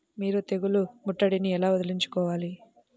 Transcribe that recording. మీరు తెగులు ముట్టడిని ఎలా వదిలించుకోవాలి?